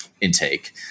intake